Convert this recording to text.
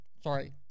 sorry